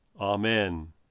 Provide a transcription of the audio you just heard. Amen